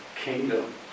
kingdom